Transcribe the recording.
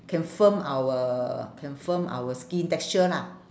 can firm our can firm our skin texture lah